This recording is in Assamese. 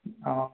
অঁ